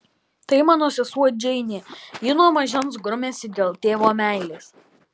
tai mano sesuo džeinė ji nuo mažens grumiasi dėl tėvo meilės